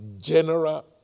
general